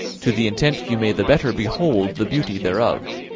to the intent you may the better behold the beauty thereof.